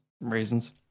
Reasons